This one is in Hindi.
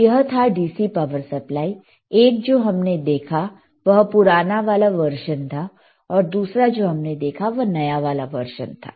तो यह था DC पावर सप्लाई एक जो हमने देखा वह पुराना वाला वर्जन था और दूसरा जो हमने देखा वह नया वाला वर्जन था